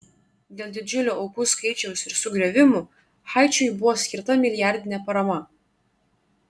dėl didžiulio aukų skaičiaus ir sugriovimų haičiui buvo skirta milijardinė parama